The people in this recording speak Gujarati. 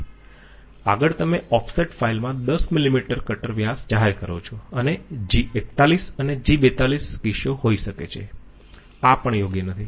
આગળ તમે ઑફસેટ ફાઈલ માં 10 મિલીમીટર કટર વ્યાસ જાહેર કરો છો અને G41 અને G42 કિસ્સો હોઈ શકે છે આ પણ યોગ્ય નથી